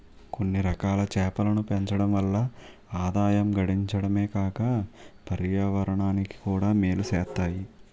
కొన్నిరకాల చేపలను పెంచడం వల్ల ఆదాయం గడించడమే కాక పర్యావరణానికి కూడా మేలు సేత్తాయి